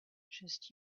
just